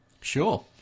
sure